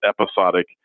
episodic